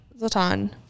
Zlatan